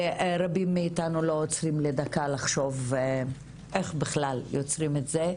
ורבים מאתנו לא עוצרים לדקה לחשוב איך בכלל יוצרים את זה,